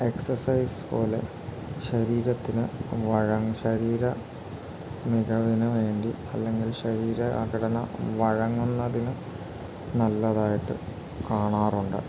exercise പോലെ ശരീരത്തിന് വഴങ്ങുന്ന ശരീര മികവിനുവേണ്ടി അല്ലെങ്കിൽ ശരീര ആ ഘടന വഴങ്ങുന്നതിന് നല്ലതായിട്ട് കാണാറുണ്ട്